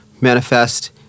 manifest